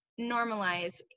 normalize